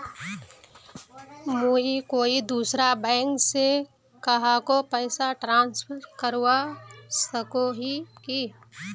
मुई कोई दूसरा बैंक से कहाको पैसा ट्रांसफर करवा सको ही कि?